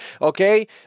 Okay